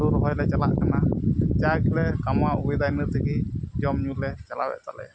ᱦᱩᱲᱩ ᱨᱚᱦᱚᱭ ᱞᱮ ᱪᱟᱞᱟᱜ ᱠᱟᱱᱟ ᱡᱟ ᱜᱮᱞᱮ ᱠᱟᱢᱟᱣ ᱟᱹᱜᱩᱭᱫᱟ ᱤᱱᱟᱹ ᱛᱮᱜᱮ ᱡᱚᱢᱼᱧᱩ ᱞᱮ ᱪᱟᱞᱟᱣᱮᱫ ᱛᱟᱞᱮᱭᱟ